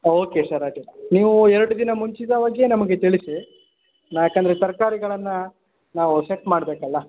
ಹಾಂ okay sir ಅಡ್ಡಿಲ್ಲ ನೀವು ಎರಡು ದಿನ ಮುಂಚಿತವಾಗಿಯೇ ನಮಗೆ ತಿಳಿಸಿ ಯಾಕಂದರೆ ತರಕಾರಿಗಳನ್ನ ನಾವು ಸೆಟ್ ಮಾಡಬೇಕಲ್ಲ